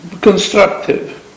constructive